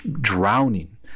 drowning